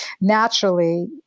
naturally